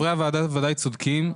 חברי הוועדה ודאי צודקים.